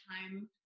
time